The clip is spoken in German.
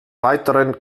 weiteren